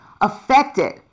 affected